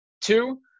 two